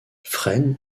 frêne